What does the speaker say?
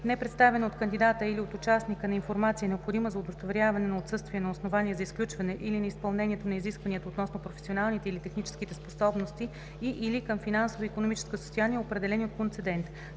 непредставяне от кандидата или от участника на информация, необходима за удостоверяване на отсъствие на основание за изключване или на изпълнението на изискванията относно професионалните или техническите способности, и/или към финансово и икономическо състояние, определени от концедента;